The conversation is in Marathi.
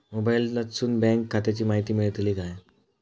मोबाईलातसून बँक खात्याची माहिती मेळतली काय?